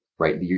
right